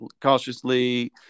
cautiously